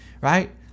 right